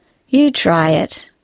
you try it,